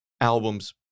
albums